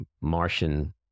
Martian